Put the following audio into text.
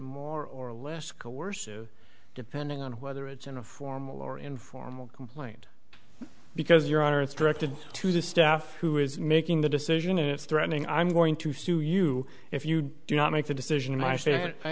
more or less coercive depending on whether it's in a formal or informal complaint because your honor it's directed to the staff who is making the decision it's threatening i'm going to sue you if you do not make the decision